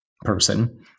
person